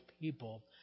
people